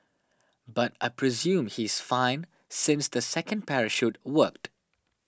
but I presume he is fine since the second parachute worked